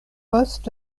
post